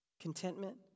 contentment